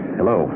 Hello